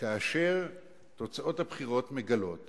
כאשר תוצאות הבחירות מגלות